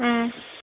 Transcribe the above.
ꯎꯝ